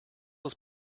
was